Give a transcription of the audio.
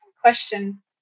question